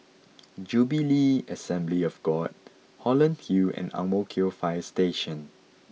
Jubilee Assembly of God Holland Hill and Ang Mo Kio Fire Station